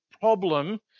problem